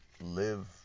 live